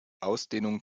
ausdehnung